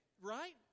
right